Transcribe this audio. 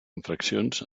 infraccions